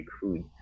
food